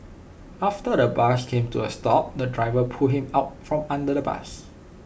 after the bus came to A stop the driver pulled him out from under the bus